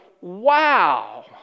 wow